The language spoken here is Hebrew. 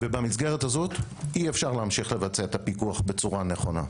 ובמסגרת הזאת אי אפשר להמשיך לבצע את הפיקוח בצורה נכונה.